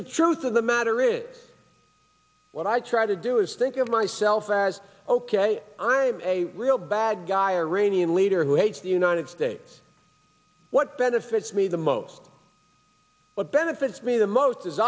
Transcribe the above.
the truth of the matter is what i try to do is think of myself as ok i'm a real bad guy iranian leader who hates the united states what benefits me the most benefits me the most is